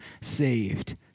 saved